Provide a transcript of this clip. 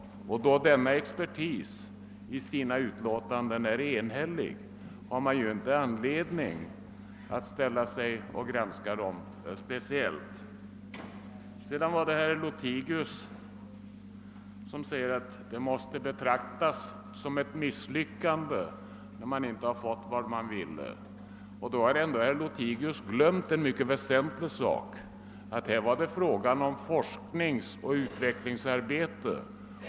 Och när denna expertis är enhällig i sina utlåtanden har man ju ingen anledning att granska dem speciellt. Sedan sade herr Lothigius att vad som skett i fråga om Marviken måste betraktas som ett misslyckande, eftersom vi inte har uppnått vad vi räknade med. Men då glömmer herr Lothigius en mycket väsentlig sak, nämligen att det här gällde forskning och utvecklingsarbete.